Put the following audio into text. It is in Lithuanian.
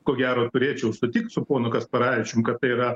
ko gero turėčiau sutikt su ponu kasparavičium kad tai yra